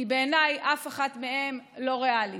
בעיניי, אף אחת מהן לא ריאלית.